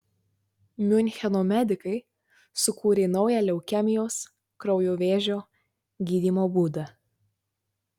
miuncheno medikai sukūrė naują leukemijos kraujo vėžio gydymo būdą